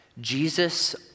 Jesus